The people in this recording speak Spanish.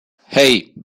hey